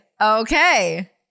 Okay